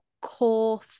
core